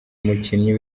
mukinnyi